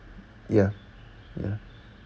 ya ya